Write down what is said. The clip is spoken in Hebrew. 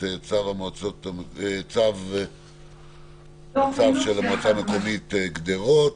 את הצו של המועצה האזורית גדרות.